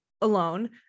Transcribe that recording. alone